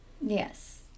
Yes